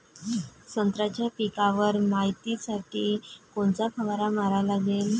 संत्र्याच्या पिकावर मायतीसाठी कोनचा फवारा मारा लागन?